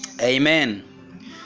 amen